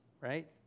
right